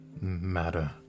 matter